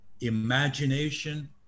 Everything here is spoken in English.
imagination